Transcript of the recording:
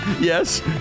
Yes